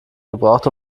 gebraucht